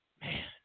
Man